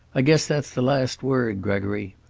i guess that's the last word, gregory.